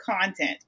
content